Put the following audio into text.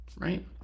Right